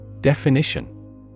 Definition